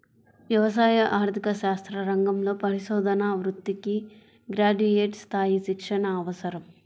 వ్యవసాయ ఆర్థిక శాస్త్ర రంగంలో పరిశోధనా వృత్తికి గ్రాడ్యుయేట్ స్థాయి శిక్షణ అవసరం